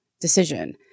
decision